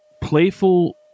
playful